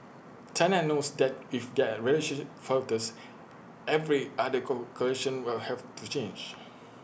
China knows that if that relationship falters every other calculation will have to change